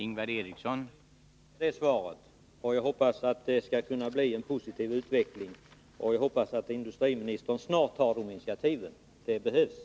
Herr talman! Jag vill tacka industriministern för detta besked, och jag hoppas att det skall bli en positiv utveckling. Jag hoppas också att industriministern snart tar detta initiativ — det behövs.